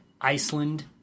Iceland